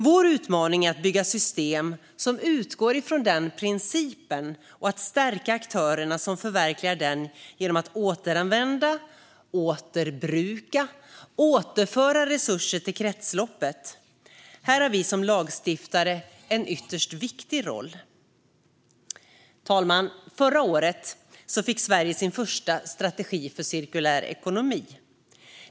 Vår utmaning är att bygga system som utgår från den principen och att stärka aktörerna som förverkligar den genom att återanvända, återbruka och återföra resurser till kretsloppet. Här har vi som lagstiftare en ytterst viktig roll. Herr talman! Förra året fick Sverige sin första strategi för cirkulär ekonomi.